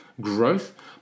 growth